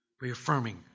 reaffirming